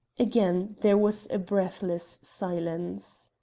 again there was a breathless silence.